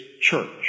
church